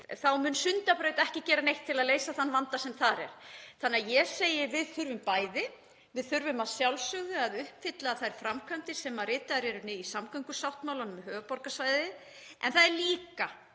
þá mun Sundabraut ekki gera neitt til að leysa þann vanda sem þar er. Þannig að ég segi: Við þurfum bæði. Við þurfum að sjálfsögðu að uppfylla þær framkvæmdir sem ritaðar eru inni í samgöngusáttmálanum um höfuðborgarsvæðið. En það er líka